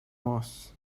moss